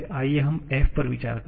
आइए हम f पर विचार करें